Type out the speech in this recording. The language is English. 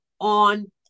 on